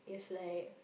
is like